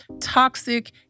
toxic